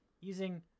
using